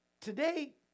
Today